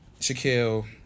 Shaquille